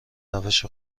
روش